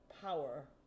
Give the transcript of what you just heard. power